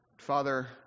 Father